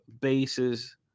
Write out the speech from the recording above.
bases